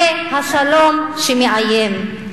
זה השלום שמאיים.